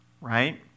Right